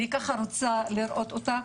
כך אני רוצה לראות אותה,